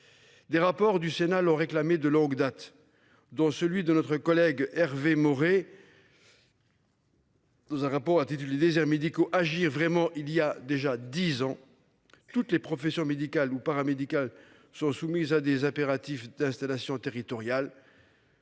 Des rapports du Sénat l'ont réclamée de longue date, dont celui de notre collègue Hervé Maurey. Dans un rapport intitulé déserts médicaux agir vraiment il y a déjà 10 ans. Toutes les professions médicales ou paramédicales sont soumises à des impératifs d'installation territoriales.